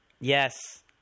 Yes